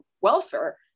welfare